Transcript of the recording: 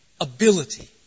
ability